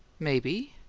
maybe,